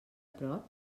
prop